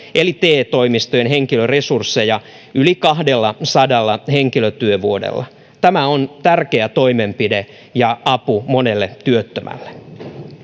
eli te toimistojen henkilöresursseja yli kahdellasadalla henkilötyövuodella tämä on tärkeä toimenpide ja apu monelle työttömälle